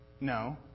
No